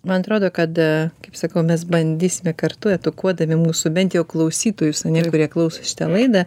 man atrodo kad kaip sakau mes bandysime kartu edukuodami mūsų bent jau klausytojus kurie klauso šitą laidą